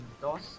DOS